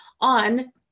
on